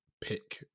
pick